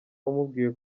umubwiye